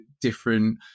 different